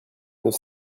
nos